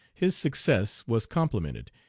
his success was complimented,